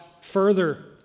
further